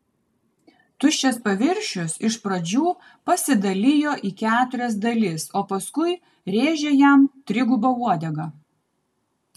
tuščias paviršius iš pradžių pasidalijo į keturias dalis o paskui rėžė jam triguba uodega